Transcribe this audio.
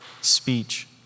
speech